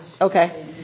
okay